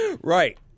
Right